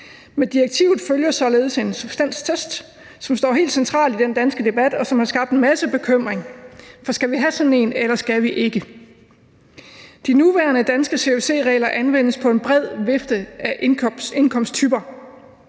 Med direktivet følger således en substanstest, som står helt centralt i den danske debat, og som har skabt en masse bekymring. For skal vi have sådan en, eller skal vi ikke? De nuværende danske CFC-regler anvendes på en bred vifte af indkomsttyper.